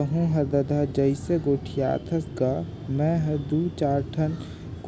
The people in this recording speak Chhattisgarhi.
तहूँ हर ददा जइसे गोठियाथस गा मैं हर दू चायर ठन